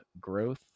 growth